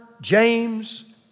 James